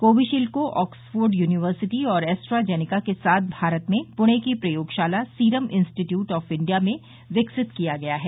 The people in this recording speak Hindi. कोविशील्ड को ऑक्सफोर्ड यूनिवर्सिटी और एस्ट्राजेनिका के साथ भारत में पुर्ण की प्रयोगशाला सीरम इंस्टीट्यूट ऑफ इण्डिया में विकसित किया गया है